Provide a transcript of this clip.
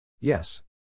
Yes